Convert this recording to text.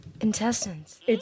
intestines